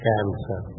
Cancer